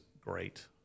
great